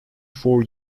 four